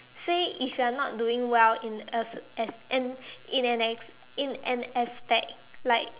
say if you are not doing well in a an in an as~ in an aspect like